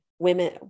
women